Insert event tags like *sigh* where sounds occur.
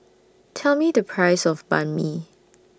Tell Me The Price of Banh MI *noise*